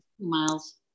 miles